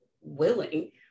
willing